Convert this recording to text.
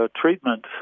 treatment